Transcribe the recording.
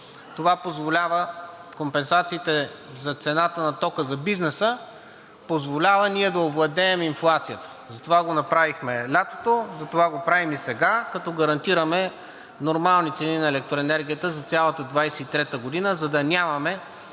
това позволява компенсациите за цената на тока за бизнеса, позволява ние да овладеем инфлацията. Затова го направихме лятото, затова го правим и сега, като гарантираме нормални цени на електроенергията за цялата 2023 г., за да нямаме